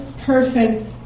person